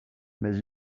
mais